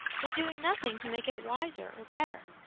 but doing nothing to make it wiser or better.